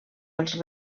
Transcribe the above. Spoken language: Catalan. als